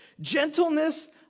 Gentleness